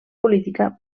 política